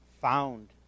found